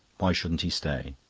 why shouldn't he stay?